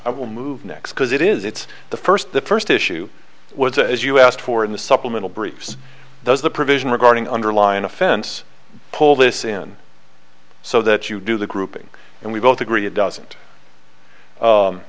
i will move next because it is it's the first the first issue was as you asked for in the supplemental briefs those the provision regarding underlying offense pull this in so that you do the grouping and we both agree it doesn't